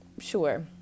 Sure